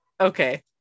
Okay